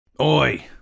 Oi